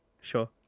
Sure